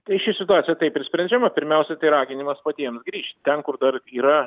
tai ši situacija taip ir sprendžiama pirmiausiai tai raginimas patiems grįžti ten kur dar yra